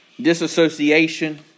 disassociation